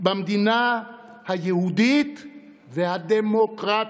במדינה היהודית והדמוקרטית.